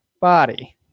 body